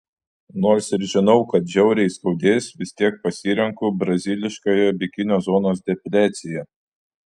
nors ir žinau kad žiauriai skaudės vis tiek pasirenku braziliškąją bikinio zonos depiliaciją